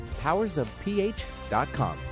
powersofph.com